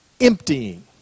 emptying